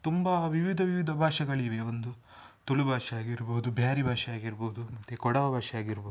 ತುಂಬ ವಿವಿಧ ವಿವಿಧ ಭಾಷೆಗಳಿವೆ ಒಂದು ತುಳು ಭಾಷೆ ಆಗಿರ್ಬೋದು ಬ್ಯಾರಿ ಭಾಷೆ ಆಗಿರ್ಬೋದು ಮತ್ತು ಕೊಡವ ಭಾಷೆ ಆಗಿರ್ಬೌದು